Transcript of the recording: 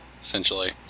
essentially